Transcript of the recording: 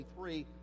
23